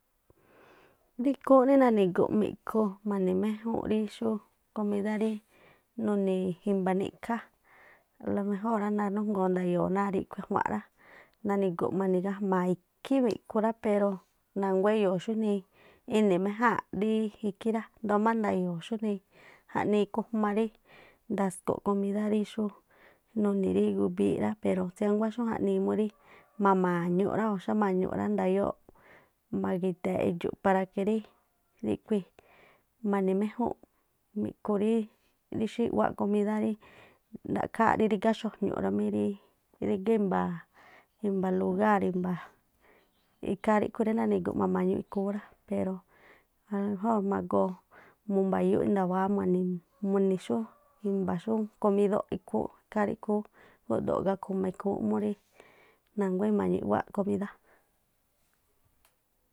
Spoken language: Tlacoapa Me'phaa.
Ri ikhúúnꞌ rí nanigu̱ꞌ mi̱ꞌkhu na̱ni̱ méjúnꞌ rí xú rí komídá rí nuni̱ i̱mba̱ níkhá, a la mejóo̱n rá nanújngoo nda̱yo̱o̱ náá ríꞌkhu̱ a̱jua̱nꞌ rá, nani̱gu̱ꞌ ma̱ni̱ gajma̱a̱ ikhí mi̱ꞌkhu rá pero nanguá e̱yo̱o̱ xúnii ini̱ méjáa̱nꞌ rí ikhí rá, ndóo má nda̱yo̱o̱ rí xujnii ikhujma rí ndaskuꞌ komídá rí xú nuni̱ rí gubííꞌ rá pero tsiánguá xujnii múrí ma̱ma̱ñuꞌ rá o xáma̱ñuꞌ rá ndayóo̱ꞌ magi̱ꞌda̱ꞌ edxu̱ ́ara que rí ríkhui̱̱ ma̱ni̱ méjúnꞌ mi̱ꞌkhu rí xú i̱ꞌwáꞌ komídá ra̱ꞌkháá rí rígá xuajñu̱ꞌ rá mí, rígá i̱mba̱ lugáa̱r i̱mba̱ ikhaa ríꞌkhui̱ rí nani̱gu̱ꞌ ma̱ma̱ñuꞌ ikhúún rá pero alajóo̱ magoo munba̱yúꞌ nda̱wáá ma̱ni̱ mu ma̱ni̱ xú i̱mba̱ xú komídó ikhúún ikhaa ríꞌkhu ú guꞌdo̱ gakhu̱ma ikhúúnꞌ murí na̱nguá ima̱ñuꞌ i̱ꞌwáꞌ komídá.